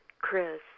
chris